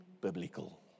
biblical